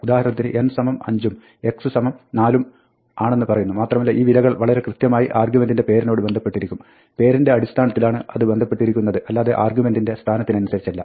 ഉദാഹരണത്തിന് n 5 ഉം x 4 ഉം ആണെന്ന് പറയുന്നു മാത്രമല്ല ഈ വിലകൾ വളരെ കൃത്യമായി ആർഗ്യുമെൻറിൻറെ പേരിനോട് ബന്ധപ്പെട്ടിരിക്കും പേരിൻറെ അടിസ്ഥാനത്തിലാണ് അത് ബന്ധ പ്പെട്ടിരിക്കുന്നത് അല്ലാതെ ആർഗ്യുമെൻറിൻറെ സ്ഥാനത്തിനനുസരിച്ചല്ല